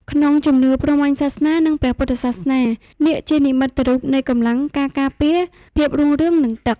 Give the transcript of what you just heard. ក្នុងជំនឿព្រហ្មញ្ញសាសនា និងព្រះពុទ្ធសាសនា នាគជានិមិត្តរូបនៃកម្លាំង ការការពារ ភាពរុងរឿង និងទឹក។